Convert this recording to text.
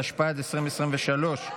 התשפ"ד 2023,